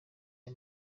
ayo